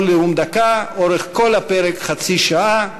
כל נאום דקה, אורך כל הפרק, חצי שעה.